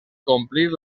complir